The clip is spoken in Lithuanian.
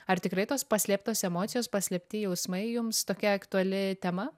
ar tikrai tos paslėptos emocijos paslėpti jausmai jums tokia aktuali tema